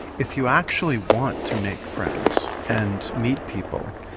if you actually want to make friends and meet people,